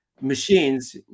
machines